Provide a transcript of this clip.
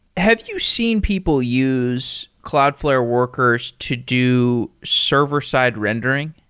have you seen people use cloudflare workers to do server-side rendering?